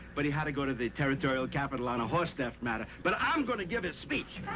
but he had to go to the territorial capital on a horse theft matter. but i'm going to give his speech.